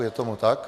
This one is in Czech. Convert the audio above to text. Je tomu tak.